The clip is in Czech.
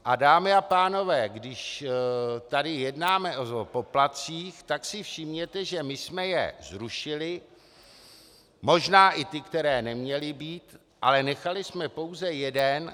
A dámy a pánové, když tady jednáme o poplatcích, tak si všimněte, že my jsme je zrušili, možná i ty, které neměly být, ale nechali jsme pouze jeden.